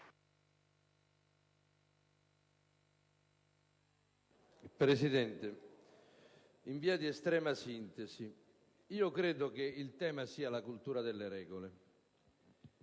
Presidente, in via di estrema sintesi, io credo che il tema sia la cultura delle regole.